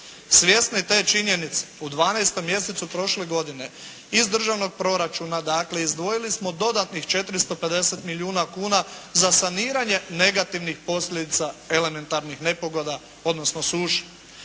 Svjesni te činjenice u 12. mjesecu prošle godine iz državnog proračuna dakle izdvojili smo dodatnih 450 milijuna kuna za saniranje negativnih posljedica elementarnih nepogoda odnosno suše.